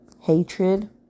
hatred